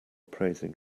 praising